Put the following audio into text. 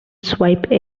swipe